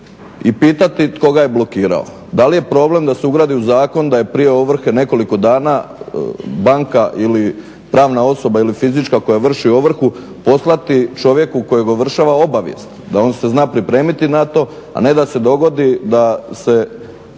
i pitati tko ga je blokirao. Da li je problem da se ugradi u zakon da je prije ovrhe nekoliko dana banka ili pravna osoba ili fizička koja vrši ovrhu poslati čovjeku kojega ovršava obavijest da on se zna pripremiti na to a ne da se dogodi da se